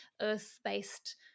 earth-based